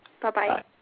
Bye-bye